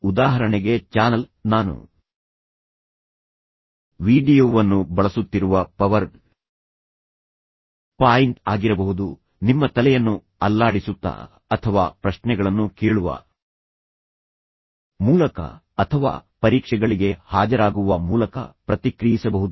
ಉದಾಹರಣೆಗೆ ಚಾನಲ್ ನಾನು ವೀಡಿಯೊವನ್ನು ಬಳಸುತ್ತಿರುವ ಪವರ್ ಪಾಯಿಂಟ್ ಆಗಿರಬಹುದು ನಿಮ್ಮ ತಲೆಯನ್ನು ಅಲ್ಲಾಡಿಸುತ್ತ ಅಥವಾ ಪ್ರಶ್ನೆಗಳನ್ನು ಕೇಳುವ ಮೂಲಕ ಅಥವಾ ಪರೀಕ್ಷೆಗಳಿಗೆ ಹಾಜರಾಗುವ ಮೂಲಕ ಪ್ರತಿಕ್ರಿಯಿಸಬಹುದು